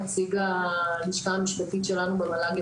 נציג הלשכה המשפטית שלנו במל"ג,